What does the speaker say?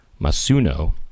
Masuno